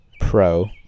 Pro